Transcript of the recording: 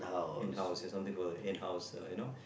in house there's something called in house you know